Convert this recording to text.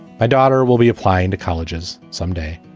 my daughter will be applying to colleges someday.